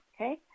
Okay